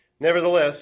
Nevertheless